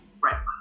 right